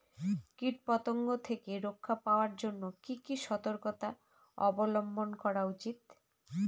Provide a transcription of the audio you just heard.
কীটপতঙ্গ থেকে রক্ষা পাওয়ার জন্য কি কি সর্তকতা অবলম্বন করা উচিৎ?